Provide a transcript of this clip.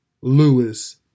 Lewis